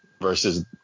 versus